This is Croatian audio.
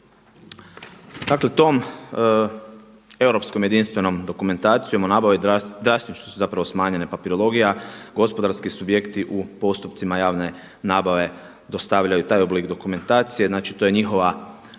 Dakle, tom europskom jedinstvenom dokumentacijom o nabavi drastično su zapravo smanjenje papirologija, gospodarski subjekti u postupcima javne nabave dostavljaju i taj oblik dokumentacije. Znači, to je njihova izjava